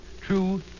True